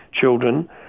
children